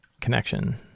connection